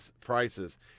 prices